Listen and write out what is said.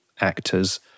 actors